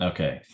Okay